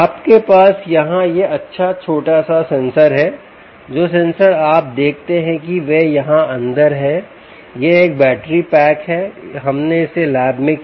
आपके पास यहाँ यह अच्छा छोटा सा सेंसर है जो सेंसर आप देखते हैं कि वे यहाँ अंदर हैं यह एक बैटरी पैक है हमने इसे लैब में किया